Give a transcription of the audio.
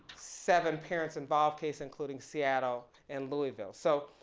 seven parents involved case including seattle and louisville. so,